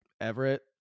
Everett